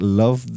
love